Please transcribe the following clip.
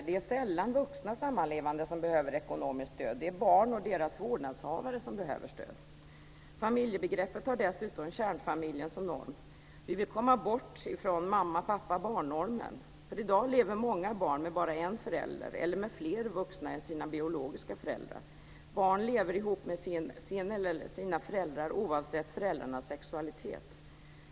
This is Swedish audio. Det är sällan vuxna sammanlevande som behöver ekonomiskt stöd. Det är barn och deras vårdnadshavare som behöver stöd. Familjebegreppet har dessutom kärnfamiljen som norm. Vi vill komma bort från mamma-pappabarn-normen. I dag lever många barn med bara en förälder eller med fler vuxna än sina biologiska föräldrar. Barn lever ihop med sin förälder eller sina föräldrar oavsett föräldrarnas sexualitet.